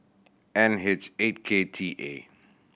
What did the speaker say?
N H eight K T A